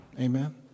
Amen